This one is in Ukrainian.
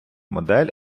модель